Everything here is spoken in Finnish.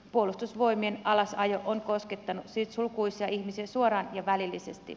puolustusvoimien alasajo on koskettanut siis lukuisia ihmisiä suoraan ja välillisesti